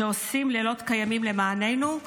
שעושים לילות כימים למעננו,